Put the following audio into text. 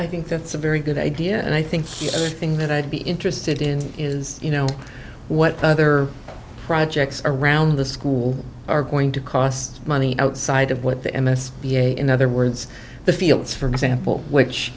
i think that's a very good idea and i think thing that i'd be interested in is you know what other projects around the school are going to cost money outside of what the m s b in other words the fields for example which